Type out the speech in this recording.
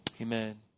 Amen